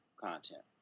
content